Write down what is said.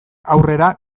aurrera